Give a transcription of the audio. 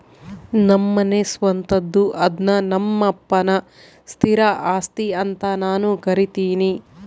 ನಮ್ಮನೆ ಸ್ವಂತದ್ದು ಅದ್ನ ನಮ್ಮಪ್ಪನ ಸ್ಥಿರ ಆಸ್ತಿ ಅಂತ ನಾನು ಕರಿತಿನಿ